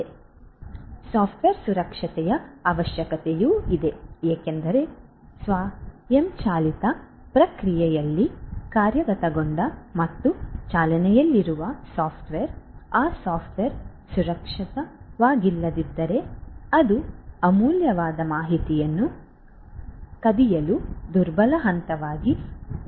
ಆದ್ದರಿಂದ ಸಾಫ್ಟ್ವೇರ್ ಸುರಕ್ಷತೆಯ ಅವಶ್ಯಕತೆಯಿದೆ ಏಕೆಂದರೆ ಸ್ವಯಂಚಾಲಿತ ಪ್ರಕ್ರಿಯೆಯಲ್ಲಿ ಕಾರ್ಯಗತಗೊಂಡ ಮತ್ತು ಚಾಲನೆಯಲ್ಲಿರುವ ಸಾಫ್ಟ್ವೇರ್ ಆ ಸಾಫ್ಟ್ವೇರ್ ಸುರಕ್ಷಿತವಾಗಿಲ್ಲದಿದ್ದರೆ ಅದು ಅಮೂಲ್ಯವಾದ ಮಾಹಿತಿಯನ್ನು ಕದಿಯಲು ದುರ್ಬಲ ಹಂತವಾಗಿ ಪರಿಣಮಿಸಬಹುದು